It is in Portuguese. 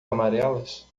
amarelas